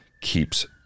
keeps